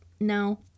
No